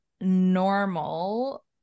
normal